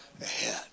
ahead